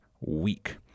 week